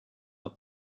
with